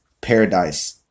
paradise